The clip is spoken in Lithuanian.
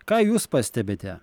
ką jūs pastebite